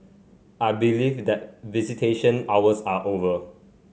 I believe that visitation hours are over